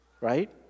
right